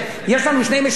יש רק משק אחד.